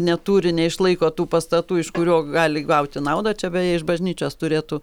neturi neišlaiko tų pastatų iš kurio gali gauti naudą čia beje iš bažnyčios turėtų